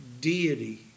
deity